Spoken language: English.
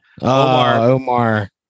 Omar